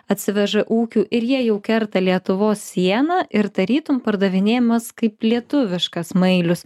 atsiveža ūkių ir jie jau kerta lietuvos sieną ir tarytum pardavinėjamas kaip lietuviškas mailius